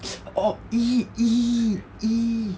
orh !ee! !ee! !ee!